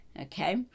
Okay